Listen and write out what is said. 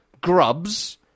grubs